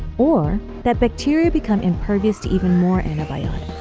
or that bacteria become impervious to even more antibiotics,